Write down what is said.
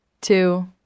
two